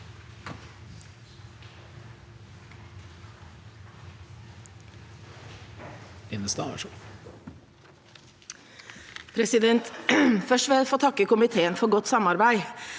for saken): Først vil jeg få takke komiteen for godt samarbeid.